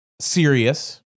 serious